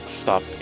stop